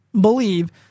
believe